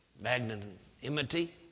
magnanimity